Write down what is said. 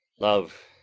love,